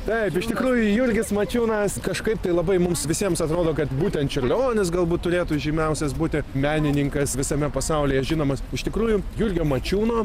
taip iš tikrųjų jurgis mačiūnas kažkaip tai labai mums visiems atrodo kad būtent čiurlionis galbūt turėtų žymiausias būti menininkas visame pasaulyje žinomas iš tikrųjų jurgio mačiūno